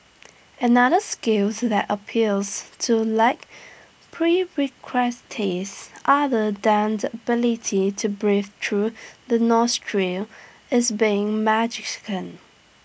another skills that appears to lack prerequisites other than the ability to breathe through the nostril is being magician